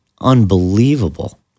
unbelievable